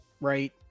right